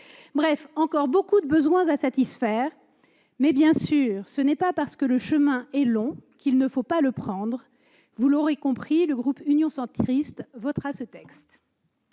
y a encore beaucoup de besoins à satisfaire, mais, bien sûr, ce n'est pas parce que le chemin est long qu'il ne faut pas le prendre. Vous l'aurez compris, le groupe Union Centriste votera ce texte.